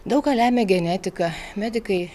daug ką lemia genetika medikai